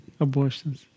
abortions